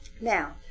Now